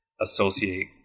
associate